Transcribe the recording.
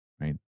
right